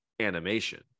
animation